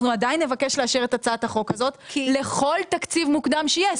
אנחנו עדיין נבקש לאשר את הצעת החוק הזאת לכל תקציב מוקדם שיהיה.